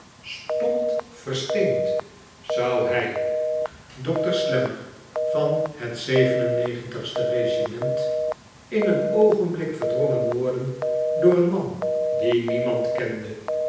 zou hij dokter slammer van het ste regiment in een oogenblik verdrongen worden door een man dien niemand kende